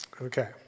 Okay